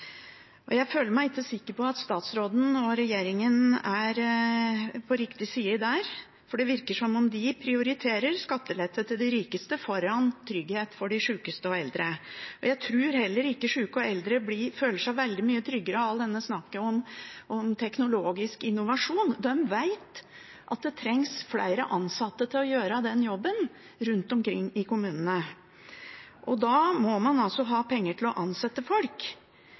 Jeg føler meg ikke sikker på at statsråden og regjeringen er på riktig side i det spørsmålet, for det virker som om de prioriterer skattelette til de rikeste foran trygghet for de sykeste og de eldre. Jeg tror heller ikke syke og eldre føler seg veldig mye tryggere av alt dette snakket om teknologisk innovasjon. De vet at det trengs flere ansatte til å gjøre den jobben rundt omkring i kommunene. Da må man ha penger til å ansette folk.